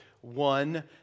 one